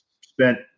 spent